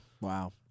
Wow